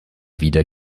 wieder